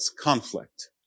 conflict